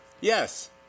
Yes